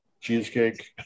Cheesecake